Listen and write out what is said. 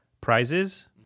prizes